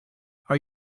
are